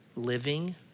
living